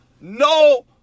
no